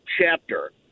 chapter